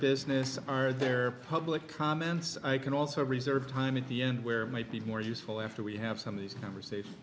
business are there public comments i can also reserve time at the end where might be more useful after we have some of these conversations